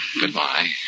Goodbye